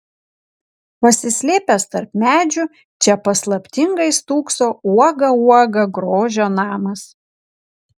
pasislėpęs tarp medžių čia paslaptingai stūkso uoga uoga grožio namas